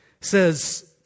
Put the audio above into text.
says